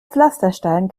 pflasterstein